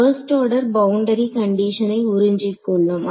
1st order boundary கண்டிஷனை உறிஞ்சிக் கொள்ளும்